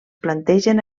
plantegen